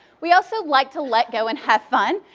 we also like to let go and have fun.